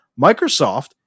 Microsoft